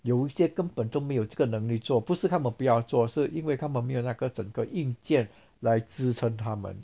有一些根本都没有这个能力做不是他们不要做是因为他们没有那个整个硬件来支撑他们